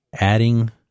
adding